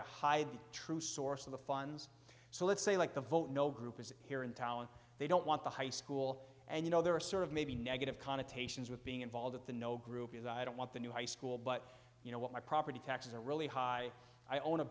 to hide the true source of the funds so let's say like the vote no group is here in town they don't want the high school and you know there are sort of maybe negative connotations with being involved at the no group is i don't want the new high school but you know what my property taxes are really high i own a